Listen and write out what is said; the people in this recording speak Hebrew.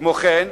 כמו כן,